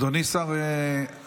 קיש, אדוני שר החינוך,